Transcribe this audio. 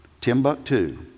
Timbuktu